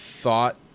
thought